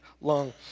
long